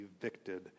evicted